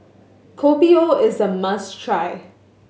Kopi O is a must try